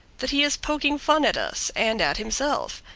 that he is poking fun at us and at himself.